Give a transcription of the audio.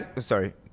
Sorry